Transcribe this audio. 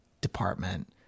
department